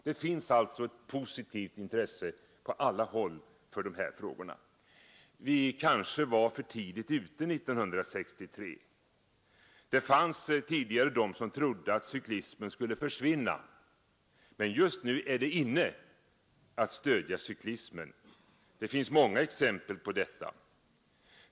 Det finns alltså ett positivt intresse på alla håll för dessa frågor. Vi var kanske för tidigt ute 1963. Det fanns tidigare de som trodde att cyklismen skulle försvinna. Men just nu är det inne att stödja cyklismen. Det finns många exempel på detta.